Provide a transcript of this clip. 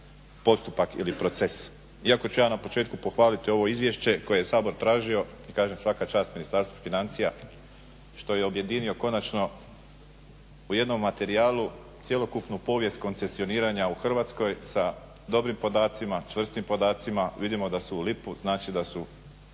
postupak ili proces. Iako ću ja na početku pohvaliti ovo izvješće koje je Sabor tražio. I kažem, svaka čast Ministarstvu financija što je objedinio konačno u jednom materijalu cjelokupnu povijest koncesioniranja u Hrvatskoj sa dobrim podacima, čvrstim podacima. Vidimo da su lipu, znači da su